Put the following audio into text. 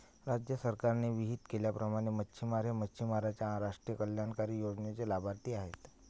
राज्य सरकारने विहित केल्याप्रमाणे मच्छिमार हे मच्छिमारांच्या राष्ट्रीय कल्याणकारी योजनेचे लाभार्थी आहेत